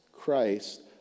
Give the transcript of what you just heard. Christ